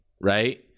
right